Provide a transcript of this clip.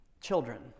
Children